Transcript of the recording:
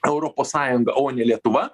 europos sąjunga o ne lietuva